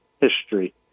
history